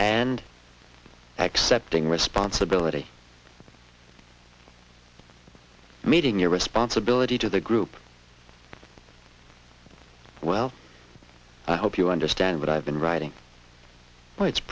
and accepting responsibility meeting your responsibility to the group well i hope you understand what i've been writing but it's